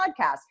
podcast